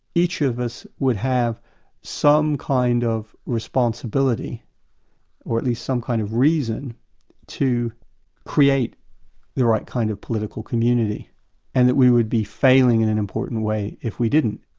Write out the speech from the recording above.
each of us would have some kind of responsibility or at least some kind of reason to create the right kind of political community and that we would be failing in an important way if we didn't.